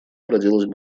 проделать